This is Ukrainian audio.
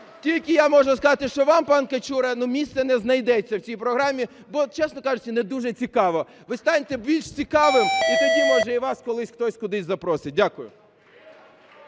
Тільки я можу сказати, що вам, пан Качура, ну місця не знайдеться в цій програмі, бо, чесно кажучи, не дуже цікаво. Ви станьте більш цікавим і тоді може і вас хтось колись кудись запросить. Дякую.